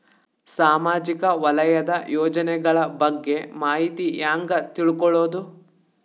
ಸಾಮಾಜಿಕ ವಲಯದ ಯೋಜನೆಗಳ ಬಗ್ಗೆ ಮಾಹಿತಿ ಹ್ಯಾಂಗ ತಿಳ್ಕೊಳ್ಳುದು?